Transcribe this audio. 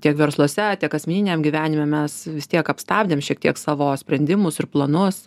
tiek versluose tiek asmeniniam gyvenime mes vis tiek apstabdėm šiek tiek savo sprendimus ir planus